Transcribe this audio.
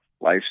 life